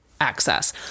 access